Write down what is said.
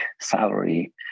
salary